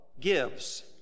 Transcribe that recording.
Gives